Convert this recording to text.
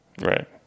Right